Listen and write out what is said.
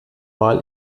mal